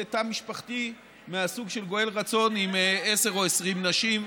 בתא משפחתי מהסוג של גואל רצון עם עשר או 20 נשים,